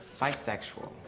Bisexual